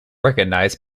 recognize